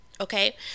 okay